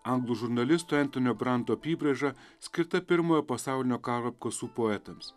anglų žurnalisto entonio branto apybraiža skirta pirmojo pasaulinio karo apkasų poetams